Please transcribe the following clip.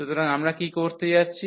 সুতরাং আমরা কি করতে যাচ্ছি